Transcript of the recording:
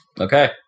okay